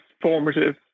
formative